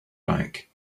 back